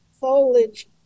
foliage